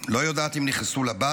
לא יודעת אם נכנסו לבית